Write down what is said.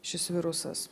šis virusas